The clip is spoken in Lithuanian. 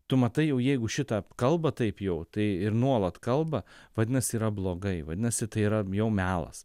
tu matai jau jeigu šita kalba taip jau tai ir nuolat kalba vadinasi yra blogai vadinasi tai yra jau melas